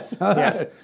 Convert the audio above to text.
yes